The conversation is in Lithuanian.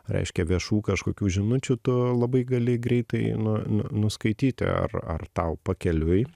reiškia viešų kažkokių žinučių tu labai gali greitai nu nu nuskaityti ar ar tau pakeliui